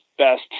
Best